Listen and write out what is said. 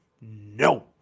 no